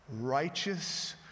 righteous